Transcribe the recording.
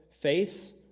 face